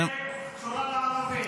כי היא קשורה לערבים.